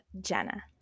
Jenna